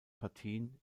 partien